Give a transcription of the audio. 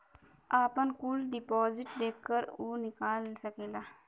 आपन कुल डिपाजिट देख अउर निकाल सकेला